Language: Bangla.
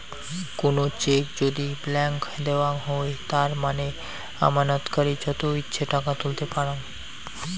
কুনো চেক যদি ব্ল্যান্ক দেওয়াঙ হই তার মানে আমানতকারী যত ইচ্ছে টাকা তুলতে পারাং